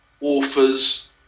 authors